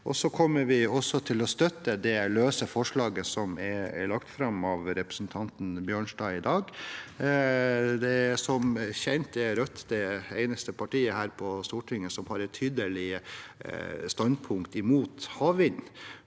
Så kommer vi også til å støtte det løse forslaget som er lagt fram av representanten Bjørnstad i dag. Som kjent er Rødt det eneste partiet her på Stortinget som har et tydelig standpunkt mot havvind,